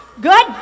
Good